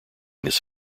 this